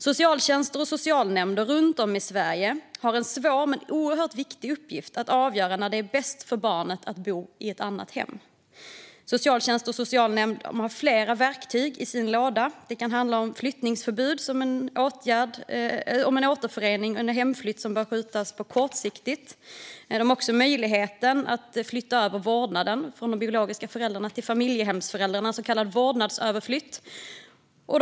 Socialtjänster och socialnämnder runt om i Sverige har en svår men oerhört viktig uppgift när det gäller att avgöra när det är bäst för barn att bo i ett annat hem. De har flera verktyg i sin låda. Det kan handla om flyttningsförbud om en återförening eller hemflytt bör skjutas på kortsiktigt. De har möjlighet att skjuta över vårdnaden från de biologiska föräldrarna till familjehemsföräldrarna, en så kallad vårdnadsöverflyttning.